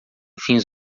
fins